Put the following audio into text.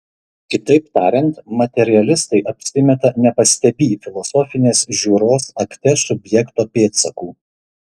kitaip tariant materialistai apsimeta nepastebį filosofinės žiūros akte subjekto pėdsakų